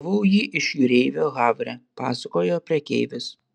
gavau jį iš jūreivio havre pasakojo prekeivis